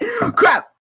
Crap